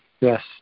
Yes